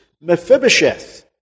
Mephibosheth